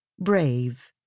brave